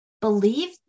Believe